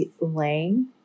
LANG